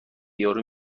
یارو